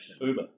Uber